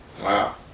Wow